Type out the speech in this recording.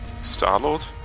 Star-Lord